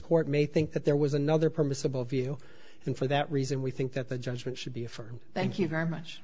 court may think that there was another permissible view and for that reason we think that the judgment should be affirmed thank you very much